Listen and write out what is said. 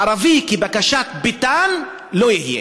ערבי כבקשת ביטן, לא יהיה.